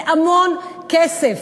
זה המון כסף.